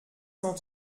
cent